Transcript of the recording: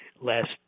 last